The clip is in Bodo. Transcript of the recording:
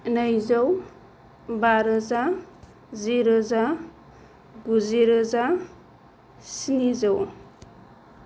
नैजौ बारोजा जिरोजा गुजिरोजा स्निजौ